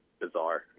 bizarre